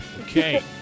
Okay